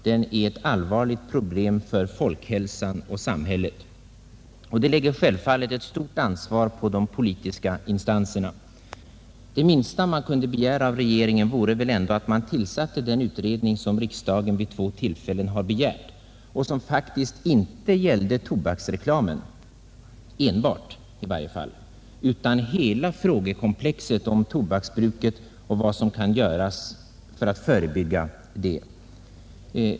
Den är ett allvarligt problem för folkhälsan och samhället, och detta faktum lägger självfallet ett stort ansvar på de politiska instanserna. Det minsta man kunde begära av regeringen vore ändå att den tillsatte den utredning som riksdagen vid två tillfällen begärt och som faktiskt inte enbart skulle gälla tobaksreklamen utan hela frågekomplexet om tobaksbruket och vad som kan göras för att förebygga det.